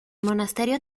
monasterio